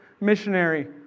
missionary